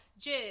jizz